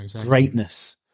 greatness